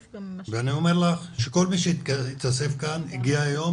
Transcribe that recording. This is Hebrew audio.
ואני אומר לך שכל מי שהתאסף כאן הגיע היום